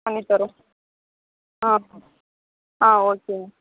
பண்ணித் தரோம் ஆ ஆ ஓகேங்க